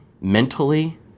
mentally